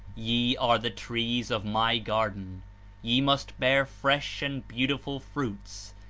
ye are the trees of my garden ye must bear fresh and beautiful fruits,